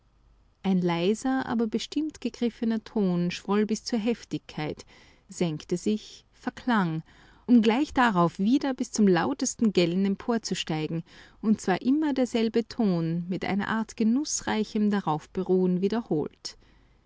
ein leiser aber bestimmt gegriffener ton schwoll bis zur heftigkeit senkte sich verklang um gleich darauf wieder bis zum lautesten gellen emporzusteigen und zwar immer derselbe ton mit einer art genußreichem daraufberuhen wiederholt